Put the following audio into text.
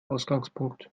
ausgangpunkt